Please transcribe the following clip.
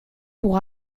pour